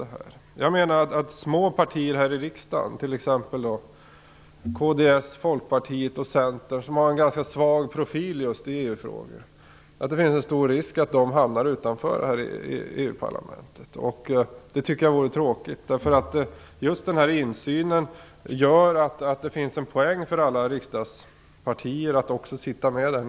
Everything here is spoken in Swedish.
Det finns en ganska stor risk att små partier här i riksdagen - t.ex. kds, Folkpartiet och Centern, som har en ganska svag profil just när det gäller EU-frågor - hamnar utanför EU-parlamentet. Det vore tråkigt, eftersom den här insynen gör att det finns en poäng för alla riksdagspartier att sitta med där.